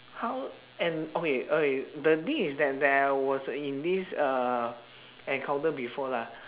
how and okay okay the thing is that there was in this uh encounter before lah